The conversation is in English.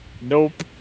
Nope